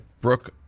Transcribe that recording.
Brooke